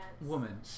woman